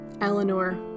Eleanor